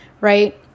right